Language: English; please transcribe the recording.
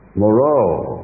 morale